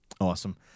awesome